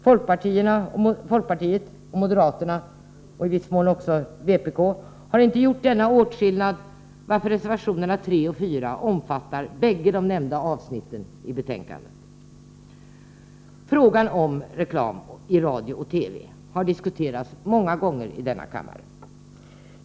Folkpartiet och moderaterna, och i viss mån vpk, har inte gjort denna åtskillnad, varför rubriken på reservationerna 3 och 4 avser bägge de nämnda avsnitten i betänkandet. Frågan om reklam i radio och TV har diskuterats många gånger i denna kammare.